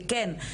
וכן,